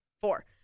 Four